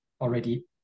already